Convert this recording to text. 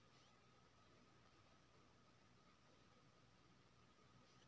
ओला वृष्टी होबा स खैनी के फसल बर्बाद भ गेल अछि?